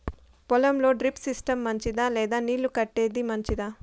పొలం లో drip system మంచిదా లేదా నీళ్లు కట్టేది మంచిదా?